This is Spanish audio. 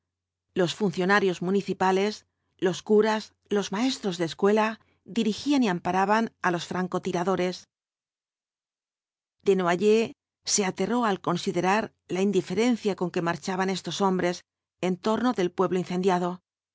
los funcionarios municipales los curas los maestros de escuela dirigían y amparaban á los franco tiradores desnoyers se aterró al considerar la indiferencia con que marchaban estos hombres en torno del pueblo incendiado